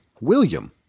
William